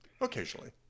Occasionally